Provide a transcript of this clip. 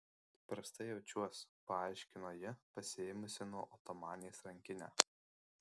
prastai jaučiuos paaiškino ji pasiėmusi nuo otomanės rankinę